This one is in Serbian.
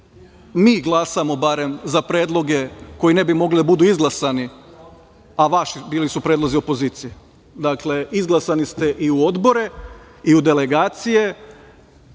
mi glasamo, barem, za predloge koji ne bi mogli da budu izglasani, a bili su predlozi opozicije. Dakle, izglasani ste i u odbore i u delegacije,